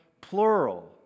plural